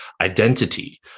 identity